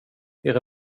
era